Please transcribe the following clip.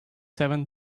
seven